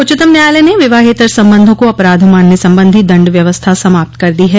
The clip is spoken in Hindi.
उच्चतम न्यायालय ने विवाहेतर संबंधों को अपराध मानने संबंधी दंड व्यवस्था समाप्त कर दी है